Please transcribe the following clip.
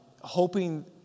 hoping